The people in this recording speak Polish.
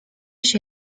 się